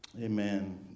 Amen